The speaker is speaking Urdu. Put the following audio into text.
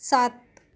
سات